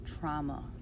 trauma